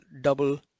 double